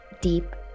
deep